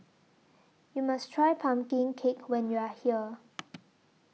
YOU must Try Pumpkin Cake when YOU Are here